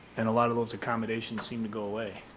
and a lot of those accommodations seem to go away.